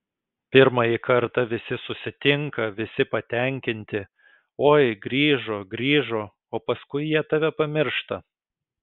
pirmąjį kartą visi susitinka visi patenkinti oi grįžo grįžo o paskui jie tave pamiršta